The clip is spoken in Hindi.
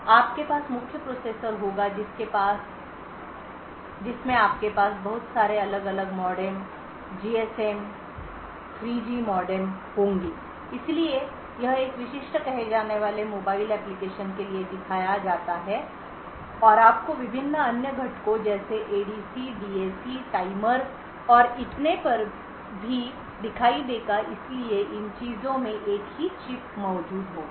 इसलिए आपके पास मुख्य प्रोसेसर होगा जिसमें आपके पास बहुत सारे अलग अलग मॉडेम जीएसएम 3 जी मॉडेम होंगे इसलिए यह एक विशिष्ट कहे जाने वाले मोबाइल एप्लिकेशन के लिए दिखाया जाता है और आपको विभिन्न अन्य घटकों जैसे एडीसी डीएसी टाइमर और इतने पर भी दिखाई देगा इसलिए इन चीजों में एक ही चिप मौजूद होगी